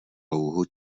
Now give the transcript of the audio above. louhu